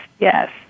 Yes